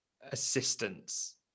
assistance